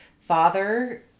father